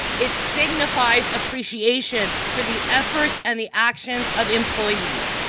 it signifies appreciation for the efforts and the actions of employees.